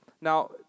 Now